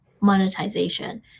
monetization